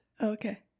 okay